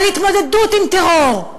על התמודדות עם טרור,